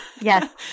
Yes